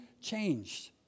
changed